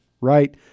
right